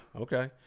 Okay